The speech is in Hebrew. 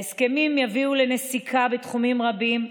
ההסכמים יביאו לנסיקה בתחומים רבים,